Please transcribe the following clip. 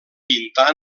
pintà